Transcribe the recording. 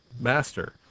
master